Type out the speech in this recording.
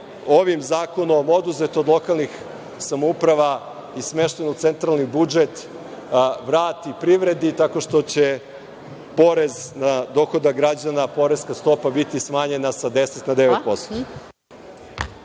ovim zakonom oduzeto od lokalnih samouprava i smešteno u centralni budžet, vrati privredi, tako što će porez na dohodak građana, poreska stopa biti smanjena sa 10 na 9%.